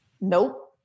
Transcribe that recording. Nope